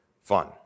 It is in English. fun